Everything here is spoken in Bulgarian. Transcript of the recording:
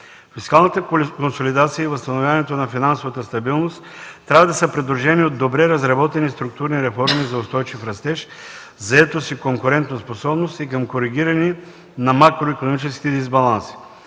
Фискалната консолидация и възстановяването на финансовата стабилност трябва да са придружени от добре разработени структурни реформи за устойчив растеж, заетост и конкурентоспособност и към коригиране на макроикономическите дисбаланси.